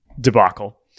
Debacle